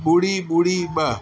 ॿुड़ी ॿुड़ी ॿ